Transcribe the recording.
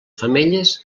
femelles